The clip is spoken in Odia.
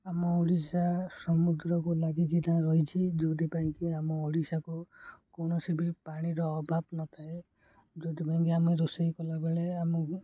ଆମ ଓଡ଼ିଶା ସମୁଦ୍ରକୁ ଲାଗିକି ଯାହା ରହିଛିି ଯେଉଁଥିପାଇଁକି ଆମ ଓଡ଼ିଶାକୁ କୌଣସି ବି ପାଣିର ଅଭାବ ନଥାଏ ଯେଉଁଥିପାଇଁକିି ଆମେ ରୋଷେଇ କଲାବେଳେ ଆମକୁ